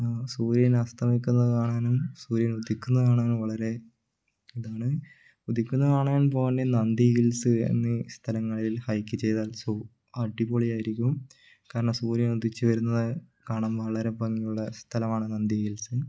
സൂര്യൻ അസ്തമിക്കുന്നത് കാണാനും സൂര്യൻ ഉദിക്കുന്നത് കാണാനും വളരെ ഇതാണ് ഉദിക്കുന്ന കാണാൻ പോകണ്ടേ നന്ദി ഹിൽസ് എന്നീ സ്ഥലങ്ങളിൽ ഹൈക്ക് ചെയ്താൽ സോ അടിപൊളി ആയിരിക്കും കാരണം സൂര്യൻ ഉദിച്ചു വരുന്നത് കാണാൻ വളരെ ഭംഗിയുള്ള സ്ഥലമാണ് നന്ദി ഹിൽസ്